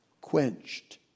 quenched